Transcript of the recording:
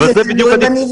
זה תלוי בנבדקים.